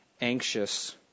anxious